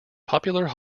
popular